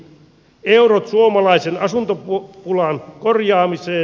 eurot suomalaisen asuntopulan korjaamiseen